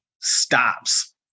stops